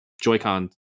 Joy-Con